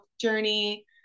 journey